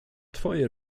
twoje